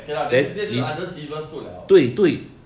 okay lah then 这些就 under civil suit liao